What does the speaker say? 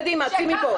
קדימה, צאי מכאן.